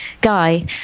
guy